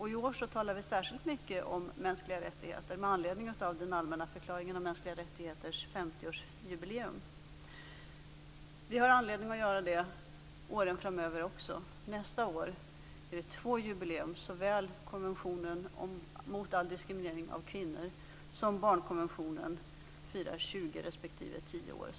I år talar vi särskilt mycket om mänskliga rättigheter med anledning av att den allmänna förklaringen om mänskliga rättigheter firar 50-årsjubileum. Vi har anledning att göra det även åren framöver. Nästa år har vi två jubileum: Konventionen mot all diskriminering av kvinnor och barnkonventionen firar 20 respektive 10 år.